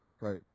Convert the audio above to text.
Right